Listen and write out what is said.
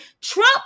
Trump